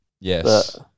Yes